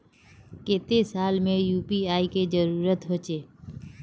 केते साल में यु.पी.आई के जरुरत होचे?